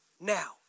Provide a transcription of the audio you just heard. now